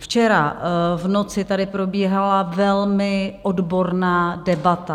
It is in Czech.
Včera v noci tady probíhala velmi odborná debata.